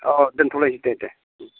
औ दोनथ'लायनोसै दे दे